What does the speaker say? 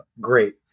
great